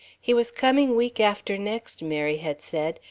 he was coming week after next, mary had said,